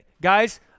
guys